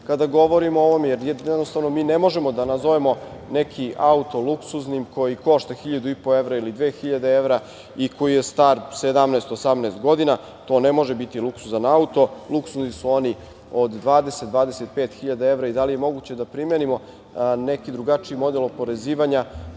kada govorimo o ovome, jer jednostavno mi ne možemo da nazovemo neki auto luksuznim koji košta 1.500 evra ili 2.000 evra i koji je star 17, 18 godina. To ne može biti luksuzan auto. Luksuzni su oni od 20.000, 25.000 evra i da li je moguće da primenimo neki drugačiji model oporezivanja